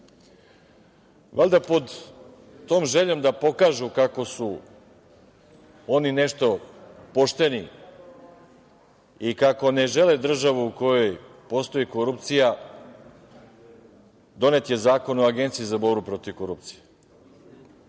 pod tom željom da pokažu kako su oni nešto pošteni i kako ne žele državu u kojoj postoji korupcija, donet je Zakon o Agenciji za borbu protiv korupcije.